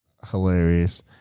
Hilarious